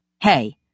Hey